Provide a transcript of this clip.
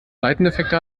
seiteneffekte